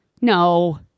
No